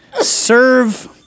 serve